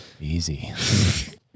Easy